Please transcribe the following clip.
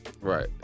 Right